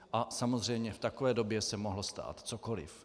A samozřejmě v takové době se mohlo stát cokoli.